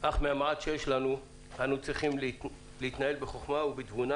אך מהמעט שיש לנו אנחנו צריכים להתנהל בחכמה ובתבונה.